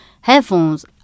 headphones